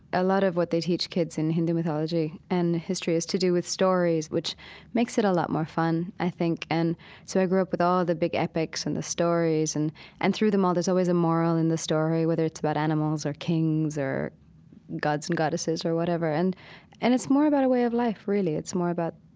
a lot of what they teach kids in hindu mythology and history is to do with stories, which makes it a lot more fun, think. and so i grew up with all the big epics and the stories and and through them all there's always a moral in the story, whether it's about animals or kings or gods and goddesses or whatever. and and it's more about a way of life, really. it's more about,